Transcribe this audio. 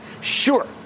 Sure